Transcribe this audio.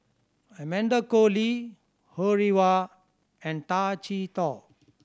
Amanda Koe Lee Ho Rih Hwa and Tay Chee Toh